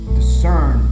Discern